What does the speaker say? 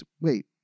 Wait